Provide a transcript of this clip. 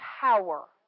power